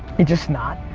and just not.